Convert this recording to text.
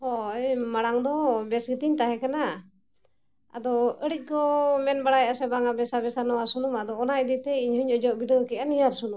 ᱦᱳᱭ ᱢᱟᱲᱟᱝ ᱫᱚ ᱵᱮᱥ ᱜᱤᱛᱤᱧ ᱛᱟᱦᱮᱸ ᱠᱟᱱᱟ ᱟᱫᱚ ᱟᱹᱰᱤ ᱠᱚ ᱢᱮᱱ ᱵᱟᱲᱟᱭᱮᱫ ᱥᱮ ᱵᱟᱝᱟ ᱵᱮᱥᱟ ᱵᱮᱥᱟ ᱱᱚᱣᱟ ᱥᱩᱱᱩᱢ ᱟᱫᱚ ᱚᱱᱟ ᱤᱫᱤᱛᱮ ᱤᱧ ᱦᱚᱸᱧ ᱚᱡᱚᱜ ᱵᱤᱰᱟᱹᱣ ᱠᱮᱜᱼᱟ ᱱᱤᱭᱟᱹ ᱥᱩᱱᱩᱢ